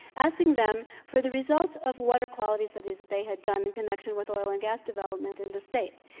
asking them for the results of water quality studies that they had done in connection with oil and gas development in the state.